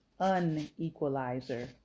unequalizer